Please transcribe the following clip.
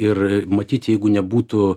ir matyt jeigu nebūtų